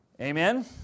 Amen